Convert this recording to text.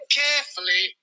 carefully